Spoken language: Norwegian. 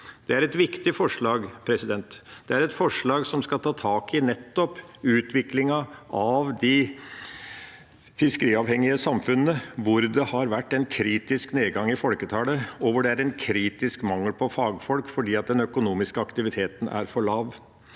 Det er et viktig forslag. Det er et forslag som skal ta tak i nettopp utviklingen av de fiskeriavhengige samfunnene, hvor det har vært en kritisk nedgang i folketallet, og hvor det er en kritisk mangel på fagfolk fordi den økonomiske aktiviteten er for lav.